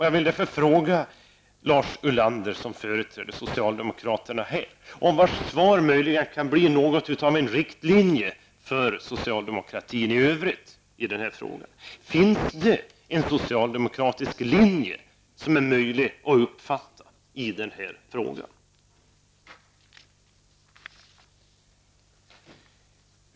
Jag vill därför fråga Lars Ulander -- som företräder socialdemokraterna här, och vars svar möjligen kan bli något av en riktlinje för socialdemokratin i övrigt i den här frågan -- om det finns en socialdemokratisk linje som är möjlig att uppfatta.